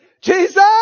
Jesus